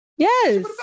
Yes